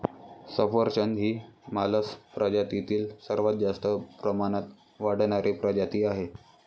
सफरचंद ही मालस प्रजातीतील सर्वात जास्त प्रमाणात वाढणारी प्रजाती आहे